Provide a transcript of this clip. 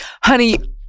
Honey